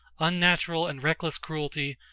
unnatural and reckless cruelty,